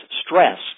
stress